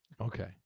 Okay